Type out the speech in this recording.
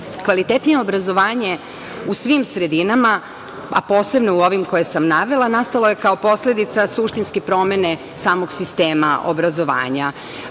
slučajno. Kvalitetnije obrazovanje u svim sredinama, a posebno u ovim koje sam navela, nastalo je kao posledica suštinske promene samog sistema obrazovanja.